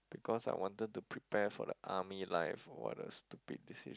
because I wanted to prepare for the army life what a stupid decision